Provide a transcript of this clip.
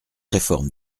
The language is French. réforme